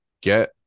get